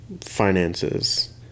finances